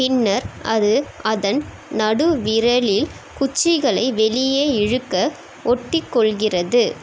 பின்னர் அது அதன் நடுவிரலில் குச்சிகளை வெளியே இழுக்க ஒட்டிக்கொள்கிறது